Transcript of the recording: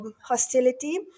hostility